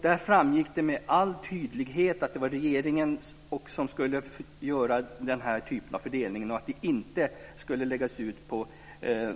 Där framgick också med all tydlighet att det var regeringen som skulle göra denna fördelning och att den inte skulle läggas ut på